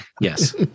Yes